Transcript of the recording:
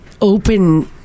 open